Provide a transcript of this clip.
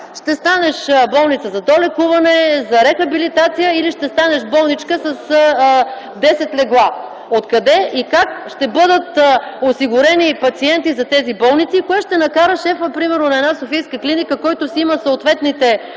ще станеш болница за долекуване, за рехабилитация или ще станеш болничка с 10 легла. От къде и как ще бъдат осигурени пациенти за тези болници? И кой ще накара шефа, примерно, на една софийска клиника, кой на една